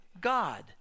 God